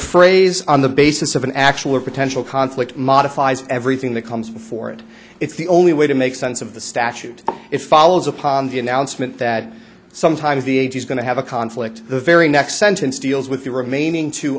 phrase on the basis of an actual or potential conflict modifies everything that comes before it it's the only way to make sense of the statute it follows upon the announcement that sometimes the age is going to have a conflict the very next sentence deals with the remaining two